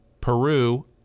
Peru